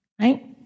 Right